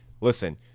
listen